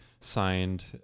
signed